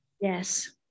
Yes